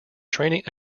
training